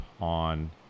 on